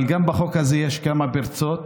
אבל גם בחוק הזה יש כמה פרצות.